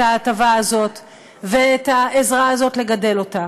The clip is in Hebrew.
ההטבה הזאת ואת העזרה הזאת לגדל אותה.